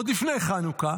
עוד לפני חנוכה,